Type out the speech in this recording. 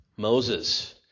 Moses